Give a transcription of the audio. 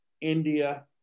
India